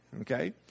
Okay